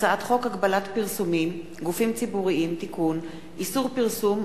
הצעת חוק הגבלת פרסומים (גופים ציבוריים) (תיקון) (איסור פרסום,